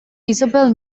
isabel